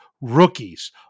rookies